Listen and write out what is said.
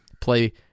play